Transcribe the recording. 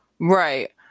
Right